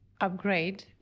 upgrade